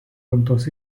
gamtos